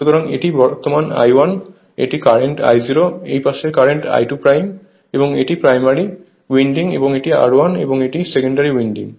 সুতরাং এটি বর্তমান I1 এটি কারেন্ট I০ এবং এই পাশের কারেন্ট I2 এবং এটি প্রাইমারি উইন্ডিং এবং এটি R1 এবং এটি সেকেন্ডারি উইন্ডিং